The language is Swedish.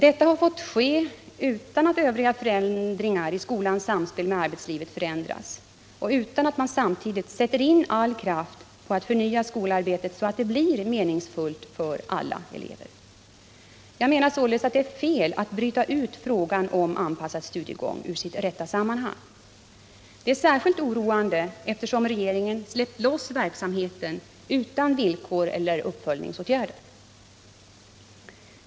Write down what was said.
Detta har fått ske utan att övriga förändringar i skolans samspel med arbetslivet förändras och utan att man samtidigt sätter in all kraft på att förnya skolarbetet så att det blir meningsfullt för alla elever. Jag menar att det är fel att bryta ut frågan om anpassad studiegång ur sitt rätta sammanhang. Det är särskilt oroande eftersom regeringen släppt loss verksamheten utan villkor eller uppföljningsåtgärder.